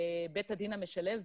בבית הדין המשלב,